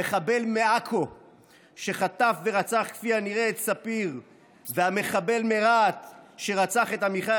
המחבל מעכו שחטף ורצח כפי הנראה את ספיר והמחבל מרהט שרצח את עמיחי,